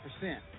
percent